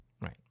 right